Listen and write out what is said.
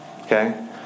Okay